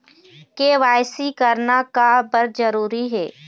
KYC करना का बर जरूरी हे?